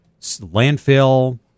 landfill